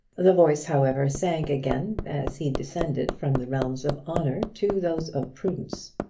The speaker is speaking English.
the voice however, sank again as he descended from the realms of honour to those of prudence.